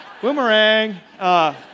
Boomerang